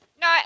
No